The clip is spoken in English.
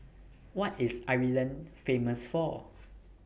What IS Ireland Famous For